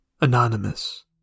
Anonymous